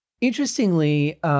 Interestingly